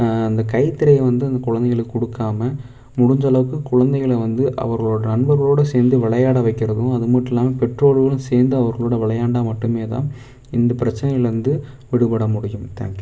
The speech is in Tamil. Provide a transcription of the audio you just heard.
அந்த கைத்திரையை வந்து அந்த குழந்தைகளுக்குக் கொடுக்காம முடிஞ்சளவுக்கு குழந்தைகளை வந்து அவர்களோடய நண்பர்களோடய சேர்ந்து விளையாடய வைக்கிறதும் அது மட்டும் இல்லாமல் பெற்றோர்களும் சேர்ந்து அவர்களோடய விளையாண்டால் மட்டும் தான் இந்தப் பிரச்சனைகளில் இருந்து விடுபட முடியும் தேங்க்யூ